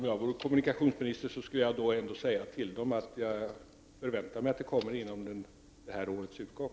Herr talman! Om jag vore kommunikationsminister skulle jag ändå säga till dem att jag förväntade mig att rapporten skulle komma före detta års utgång.